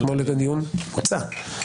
כבוד יו"ר הוועדה שמחה רוטמן,